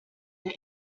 der